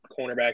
cornerback